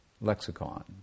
lexicon